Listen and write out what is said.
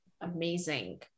Amazing